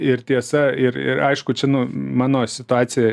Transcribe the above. ir tiesa ir ir aišku čia nu mano situacija